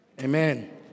amen